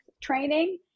training